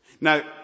Now